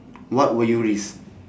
what will you risk